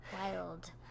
wild